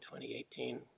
2018